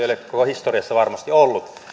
ole koko historiassa varmasti ollut